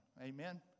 Amen